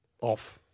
off